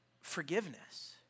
forgiveness